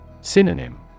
Synonym